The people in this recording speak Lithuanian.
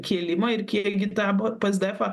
kėlimą ir kiek gi tą vat psdefą